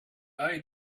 eye